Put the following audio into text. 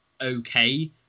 okay